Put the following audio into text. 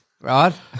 Right